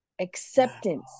acceptance